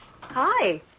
Hi